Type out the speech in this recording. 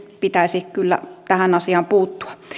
pitäisi kyllä tähän asiaan puuttua